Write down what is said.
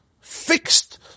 fixed